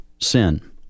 sin